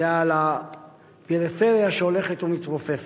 וזה הפריפריה שהולכת ומתרופפת.